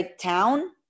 town